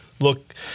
Look